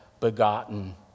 begotten